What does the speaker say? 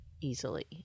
easily